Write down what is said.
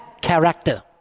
character